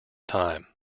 time